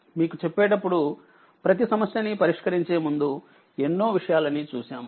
మీకు చెప్పేటప్పుడు ప్రతి సమస్య ని పరిష్కరించే ముందు ఎన్నో విషయాలని చూశాము